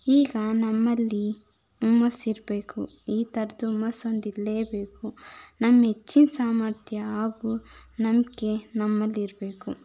ಈಗ ನಮ್ಮಲ್ಲಿ ಹುಮ್ಮಸ್ ಇರಬೇಕು ಈ ಥರದ್ ಹುಮ್ಮಸ್ ಒಂದು ಇರಲೇ ಬೇಕು ನಮ್ಮ ಹೆಚ್ಚಿನ್ ಸಾಮರ್ಥ್ಯ ಹಾಗೂ ನಂಬಿಕೆ ನಮ್ಮಲ್ಲಿರಬೇಕು